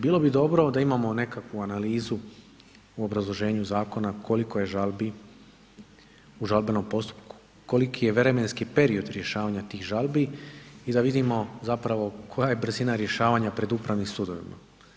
Bilo bi dobro da imamo nekakvu analizu u obrazloženju zakona koliko je žalbi u žalbenom postupku, koliki je vremenski period rješavanja tih žalbi i da vidimo koja je brzina rješavanja pred Upravnim sudovima.